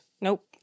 Nope